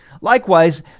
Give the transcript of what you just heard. Likewise